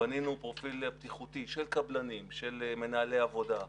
בנינו פרופיל בטיחותי של קבלנים, של מנהלי עבודה,